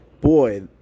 boy